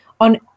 On